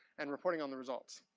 and reporting on the results.